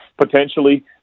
potentially